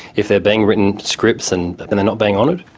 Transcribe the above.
if they're being written scripts and they're not being honoured?